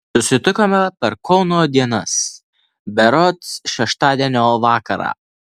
susitikome per kauno dienas berods šeštadienio vakarą